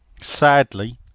Sadly